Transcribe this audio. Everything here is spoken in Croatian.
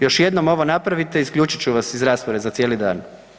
Još jednom ovo napravite, isključit ću vas iz rasprave za cijeli dan.